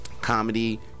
Comedy